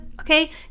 Okay